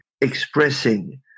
expressing